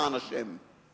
למען השם.